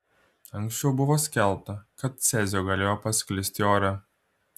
anksčiau buvo skelbta kad cezio galėjo pasklisti ore